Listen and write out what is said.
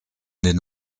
den